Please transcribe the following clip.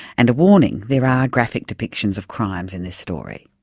and a warning, there are graphic depictions of crimes in this story.